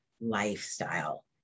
lifestyle